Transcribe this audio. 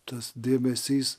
tas dėmesys